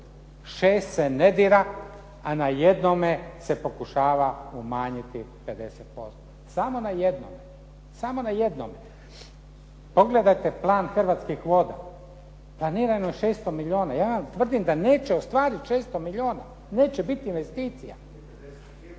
šest se ne dira, a na jednome se pokušava umanjiti 50%. Samo na jednom. Pogledajte plan Hrvatskih voda. Planirano je 600 milijuna. Ja vam tvrdim da neće ostvariti 400 milijuna. Neće bit investicija.